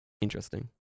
interesting